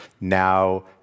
Now